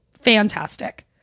fantastic